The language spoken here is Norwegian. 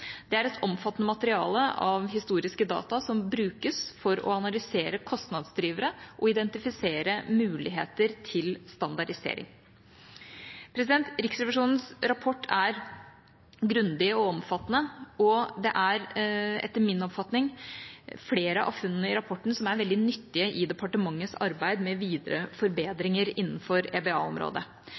Det er et omfattende materiale av historiske data som brukes for å analysere kostnadsdrivere og identifisere muligheter til standardisering. Riksrevisjonens rapport er grundig og omfattende, og det er etter min oppfatning flere av funnene i rapporten som er veldig nyttige i departementets arbeid med videre forbedringer innenfor